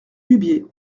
dubié